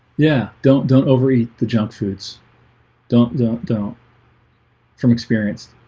yeah, don't don't over eat the junk foods don't don't don't from experience.